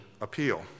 appeal